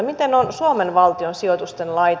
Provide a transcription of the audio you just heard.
miten on suomen valtion sijoitusten laita